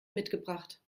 mitgebracht